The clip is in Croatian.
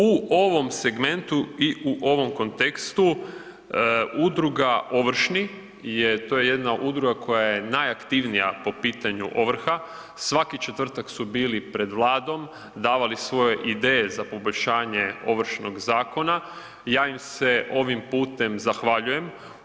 U ovom segmentu i u ovom kontekstu udruga „Ovršni“ to je jedna udruga koja je najaktivnija po pitanju ovrha, svaki četvrtak su bili pred Vladom, davali svoje ideje za poboljšanje Ovršnog zakona i ja im se ovim putem zahvaljujem.